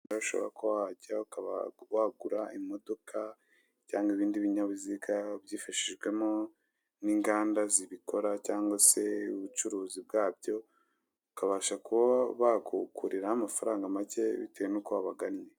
Aho ushobora kuba wajya ukaba wagura imodoka cyangwa ibindi binyabiziga ubyifashijwemo n'inganda zibikora cyangwa se ubucuruzi bwabyo bakabasha kuba bagukuriraho amafaranga make bitewe nuko wabaganye.